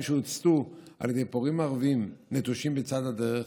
שהוצתו על ידי פורעים ערבים נטושים בצד הדרך